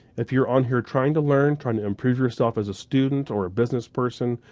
if you're on here trying to learn, trying to improve yourself as a student or a businessperson,